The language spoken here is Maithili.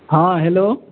हँ हैलो